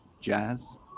jazz